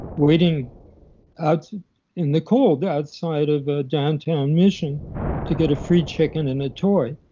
waiting out in the cold, outside of a downtown mission to get a free chicken and a toy.